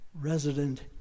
resident